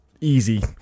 easy